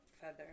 feather